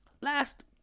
last